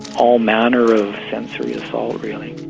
all manner of sensory assault really